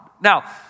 Now